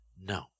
No